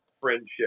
friendship